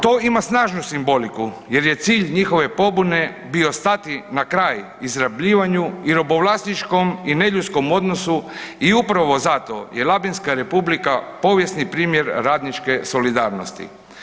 To ima snažnu simboliku jer je cilj njihove pobune bio stati na kraj izrabljivanju i robovlasničkom i neljudskom odnosi i upravo zato je Labinska republika povijesni primjer radničke solidarnosti.